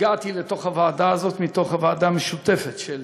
שהגעתי לוועדה הזאת מתוך הוועדה המשותפת של